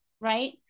right